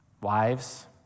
wives